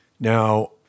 Now